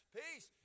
peace